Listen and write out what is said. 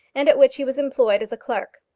and at which he was employed as a clerk.